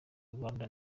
rwanda